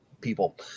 people